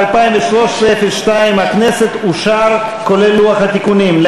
סעיף 02, הכנסת, לשנת הכספים 2013, נתקבל.